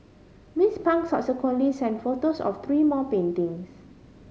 Miss Pang subsequently sent photos of three more paintings